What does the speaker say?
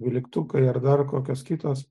dvyliktukai ar dar kokios kitos